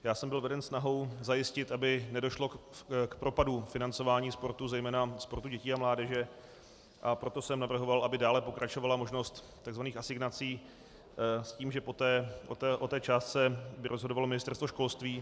Já jsem byl veden snahou zajistit, aby nedošlo k propadu financování sportu, zejména sportu dětí a mládeže, a proto jsem navrhoval, aby dále pokračovala možnost takzvaných asignací s tím, že poté by o té částce rozhodovalo Ministerstvo školství.